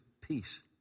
peace